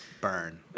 burn